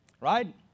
Right